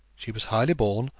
she was highly born,